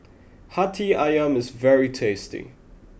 Hati Ayam is very tasty